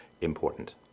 important